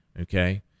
Okay